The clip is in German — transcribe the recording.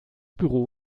büro